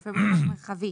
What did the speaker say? רופא מוסמך מרחבי